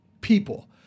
people